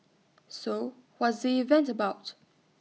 so what's the event about